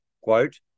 quote